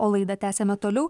o laidą tęsiame toliau